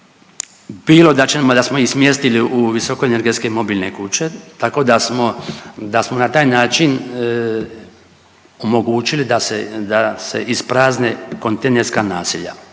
bilo da smo ih smjestili u visoko energetske mobilne kuće, tako da smo na taj način omogućili da se isprazne kontejnerska naselja.